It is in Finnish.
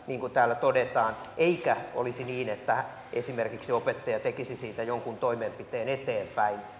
sitä niin kuin täällä todetaan eikä olisi niin että esimerkiksi opettaja tekisi siitä jonkun toimenpiteen eteenpäin